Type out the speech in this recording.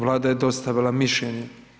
Vlada je dostavila mišljenje.